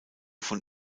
von